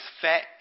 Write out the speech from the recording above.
fat